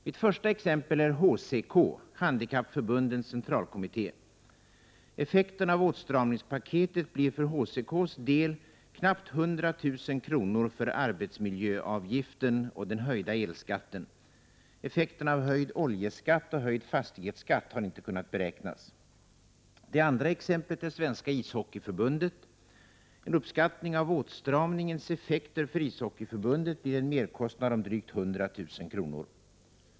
Mitt första exempel är HCK, Handikappförbundens centralkommitté. Effekterna av åtstramningspaketet blir för HCK:s del knappt 100 000 kr. för arbetsmiljöavgiften och den höjda elskatten. Effekterna av höjd oljeskatt och höjd fastighetsskatt har inte kunnat beräknas. Det andra exemplet är Svenska ishockeyförbundet. En uppskattning av åstramningens effekter för ishockeyförbundet blir en merkostnad om drygt 100 000 kr.